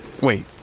Wait